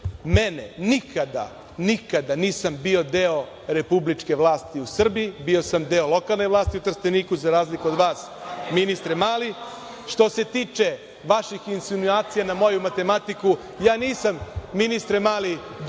mene, nikada nisam bio deo republičke vlasti u Srbiji, bio sam deo lokalne vlasti u Trsteniku, za razliku od vas ministre Mali. Što se tiče vaših insinuacija na moju matematiku, ja nisam ministre Mali doktor